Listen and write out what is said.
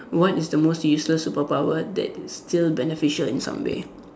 what is the most useless superpower that is still beneficial in some way